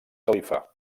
califa